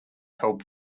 help